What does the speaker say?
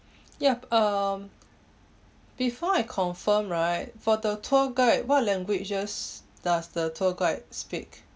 yup um before I confirm right for the tour guide what languages does the tour guide speak